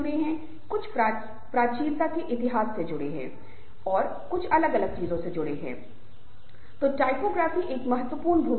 जहां तक समूह के कामकाज का संबंध है ये सभी चीजें बहुत बहुत आवश्यक और महत्वपूर्ण हैं